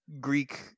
Greek